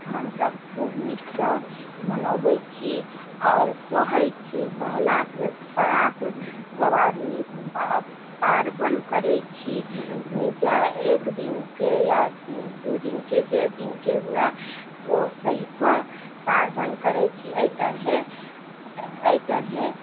हमसब खूब नीकसँ मनबै छी आओर सहै छी सहलाके परात सब आदमी पार्वन करै छी जा एक दिनके या दू दिनके जे दिनके हुए ओ सही कऽ पार्वन करै छी एहि तरहे एहि तरहे